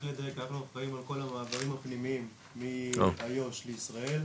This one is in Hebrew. רק לדייק אנחנו אחראים על כל המעברים הפנימיים מאיו"ש לישראל,